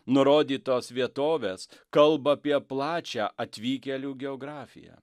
nurodytos vietovės kalba apie plačią atvykėlių geografiją